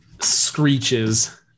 screeches